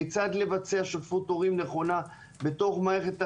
כיצד לבצע שותפות הורים נכונה בתוך מערכת החינוך,